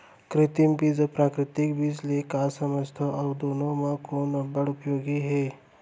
कृत्रिम बीज अऊ प्राकृतिक बीज ले का समझथो अऊ दुनो म कोन अब्बड़ उपयोगी हे?